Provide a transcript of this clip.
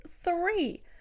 three